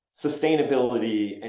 sustainability